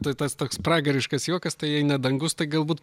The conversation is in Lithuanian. tai tas toks pragariškas juokas tai jei ne dangus tai galbūt